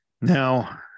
Now